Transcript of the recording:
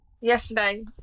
yesterday